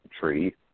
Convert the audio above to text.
Tree